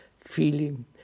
feeling